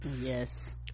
Yes